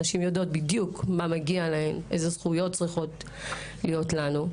נשים יודעות בדיוק מה מגיע להן ואיזה זכויות צריכות להיות להן.